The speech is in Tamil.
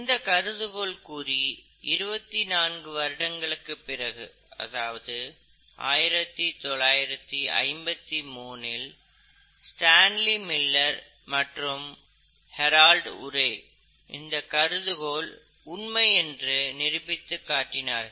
இந்தக் கருதுகோள் கூறி 24 வருடங்களுக்குப் பிறகு அதாவது 1953இல் ஸ்டான்லி மில்லர் மற்றும் ஹெரால்ட் ஒரே இந்த கருதுகோள் உண்மை என்று நிரூபித்து காட்டினார்கள்